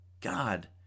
God